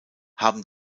haben